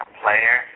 player